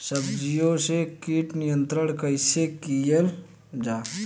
सब्जियों से कीट नियंत्रण कइसे कियल जा?